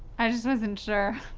i just wasn't sure.